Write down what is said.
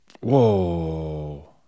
Whoa